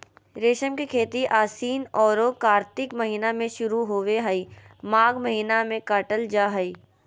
रेशम के खेती आशिन औरो कार्तिक महीना में शुरू होबे हइ, माघ महीना में काटल जा हइ